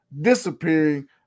disappearing